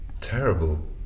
terrible